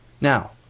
Now